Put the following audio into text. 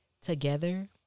together